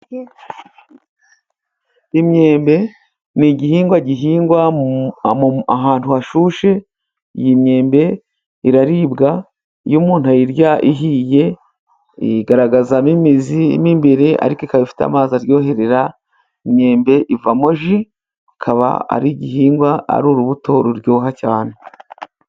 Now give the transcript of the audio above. Imyembe ni igihingwa gihingwa ahantu hashyushye. Iyi myembe iraribwa, iyo umuntu ayirya ihiye igaragazamo imizi mo imbere, ariko ikaba ifite amazi aryohera. Imyembe ivamo ji, ikaba ari igihingwa ari urubuto ruryoha cyane.